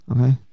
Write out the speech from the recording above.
Okay